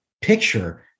picture